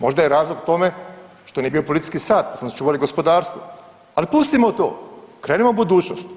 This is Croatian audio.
Možda je razlog tome što nije bio policijski sat, što smo čuvali gospodarstvo, ali pustimo to krenimo u budućnost.